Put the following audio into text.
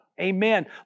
amen